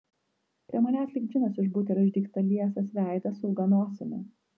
prie manęs lyg džinas iš butelio išdygsta liesas veidas su ilga nosimi